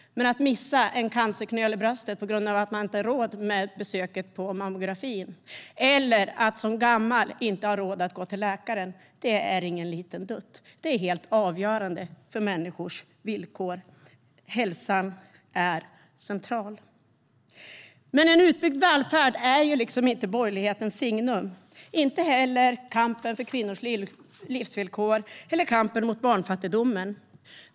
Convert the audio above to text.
Men att missa en cancerknöl i bröstet på grund av att man inte råd med besöket på mammografin eller att som gammal inte ha råd att gå till läkare, det är ingen liten dutt. Det är helt avgörande för människors villkor. Hälsan är central. Men en utbyggd välfärd är liksom inte borgerlighetens signum. Det är inte heller kampen för kvinnors livsvillkor eller kampen mot barnfattigdomen.